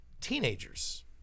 teenagers